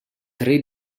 tre